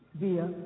via